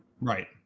Right